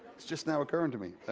just now occurring to me.